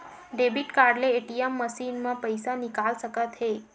debit card ले ATM machine म पइसा निकाल सकत हे